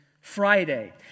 Friday